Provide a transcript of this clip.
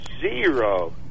zero